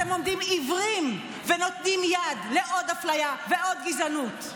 אתם עומדים עיוורים ונותנים יד לעוד אפליה ועוד גזענות.